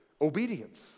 obedience